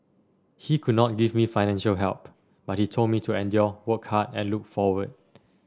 he could not give me financial help but he told me to endure work hard and look forward